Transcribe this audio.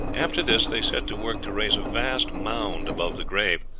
after this they set to work to raise a vast mound above the grave,